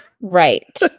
Right